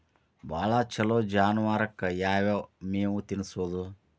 ಭಾಳ ಛಲೋ ಜಾನುವಾರಕ್ ಯಾವ್ ಮೇವ್ ತಿನ್ನಸೋದು?